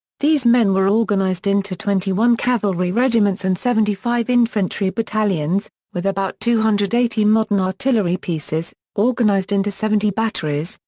these men were organised into twenty one cavalry regiments and seventy five infantry battalions, with about two hundred and eighty modern artillery pieces, organised into seventy batteries,